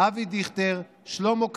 אבי דיכטר,